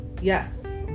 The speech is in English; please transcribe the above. Yes